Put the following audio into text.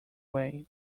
way